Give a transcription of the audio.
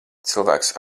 cilvēks